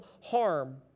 harm